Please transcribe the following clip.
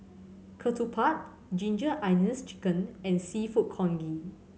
ketupat Ginger Onions Chicken and Seafood Congee